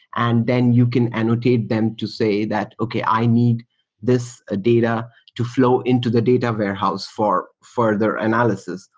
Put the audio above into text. and then you can annotate them to say that, okay. i need this ah data to flow into the data warehouse for further analysis,